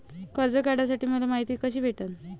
कर्ज काढासाठी मले मायती कशी भेटन?